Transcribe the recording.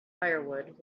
firewood